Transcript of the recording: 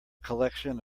collection